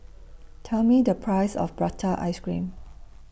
Tell Me The Price of Prata Ice Cream